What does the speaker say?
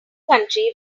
country